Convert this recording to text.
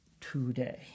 today